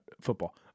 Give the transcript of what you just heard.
football